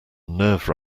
nerve